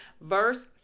Verse